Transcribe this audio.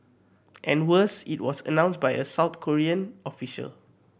and worse it was announced by a South Korean official